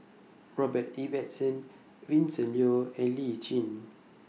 Robert Ibbetson Vincent Leow and Lee Tjin